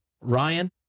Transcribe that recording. Ryan